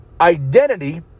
Identity